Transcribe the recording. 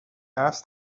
asked